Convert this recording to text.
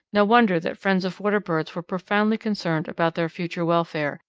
no wonder that friends of water birds were profoundly concerned about their future welfare,